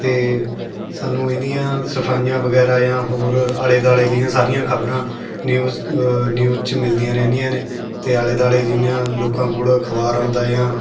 ਅਤੇ ਸਾਨੂੰ ਇਹਦੀਆਂ ਸਫਾਈਆਂ ਵਗੈਰਾ ਜਾਂ ਹੋਰ ਆਲੇ ਦੁਆਲੇ ਦੀਆਂ ਸਾਰੀਆਂ ਖਬਰਾਂ ਨਿਊਜ਼ ਨਿਊਜ਼ 'ਚ ਮਿਲਦੀਆਂ ਰਹਿੰਦੀਆਂ ਨੇ ਅਤੇ ਆਲੇ ਦੁਆਲੇ ਜਿਨ੍ਹਾਂ ਲੋਕਾਂ ਕੋਲ ਅਖਬਾਰ ਆਉਂਦਾ ਜਾਂ